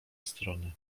strony